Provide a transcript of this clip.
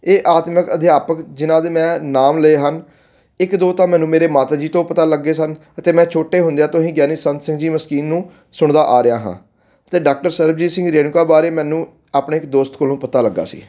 ਇਹ ਆਤਮਿਕ ਅਧਿਆਪਕ ਜਿਨ੍ਹਾਂ ਦੇ ਮੈਂ ਨਾਮ ਲਏ ਹਨ ਇੱਕ ਦੋ ਤਾਂ ਮੈਨੂੰ ਮੇਰੇ ਮਾਤਾ ਜੀ ਤੋਂ ਪਤਾ ਲੱਗੇ ਸਨ ਅਤੇ ਮੈਂ ਛੋਟੇ ਹੁੰਦਿਆਂ ਤੋਂ ਹੀ ਗਿਆਨੀ ਸੰਤ ਸਿੰਘ ਜੀ ਮਸਕੀਨ ਨੂੰ ਸੁਣਦਾ ਆ ਰਿਹਾ ਹਾਂ ਅਤੇ ਡਾਕਟਰ ਸਰਬਜੀਤ ਸਿੰਘ ਰੇਨੂਕਾ ਬਾਰੇ ਮੈਨੂੰ ਆਪਣੇ ਇੱਕ ਦੋਸਤ ਕੋਲੋਂ ਪਤਾ ਲੱਗਾ ਸੀ